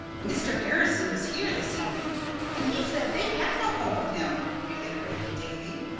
mr. harrison was here this evening and he said they had no hope of him, reiterated davy.